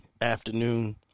afternoon